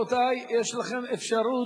אם כן, רבותי, יש לכם אפשרות.